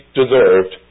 deserved